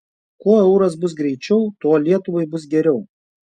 kuo euras bus greičiau tuo lietuvai bus geriau